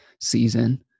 season